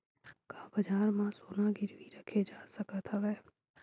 का बजार म सोना गिरवी रखे जा सकत हवय?